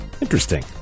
Interesting